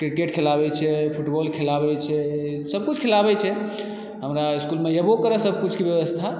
cricket खेलाबै छै football खेलाबै छै सभकिछु खेलाबै छै हमरा इस्कूलमे हेबो करै सभकिछुकेँ व्यवस्था